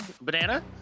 Banana